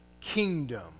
kingdom